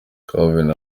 calvin